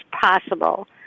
possible